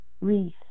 wreath